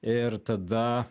ir tada